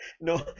No